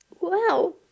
Wow